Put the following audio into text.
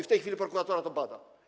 W tej chwili prokuratura to bada.